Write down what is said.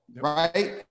right